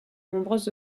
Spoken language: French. nombreuses